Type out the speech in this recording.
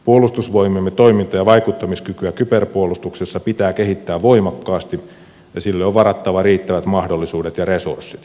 puolustusvoimiemme toiminta ja vaikuttamiskykyä kyberpuolustuksessa pitää kehittää voimakkaasti ja sille on varattava riittävät mahdollisuudet ja resurssit